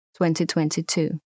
2022